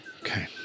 Okay